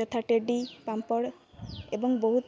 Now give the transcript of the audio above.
ଯଥା ଟେଡ଼ି ପାମ୍ପଡ଼ ଏବଂ ବହୁତ